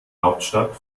hauptstadt